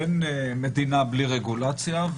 אין מדינה בלי רגולציה,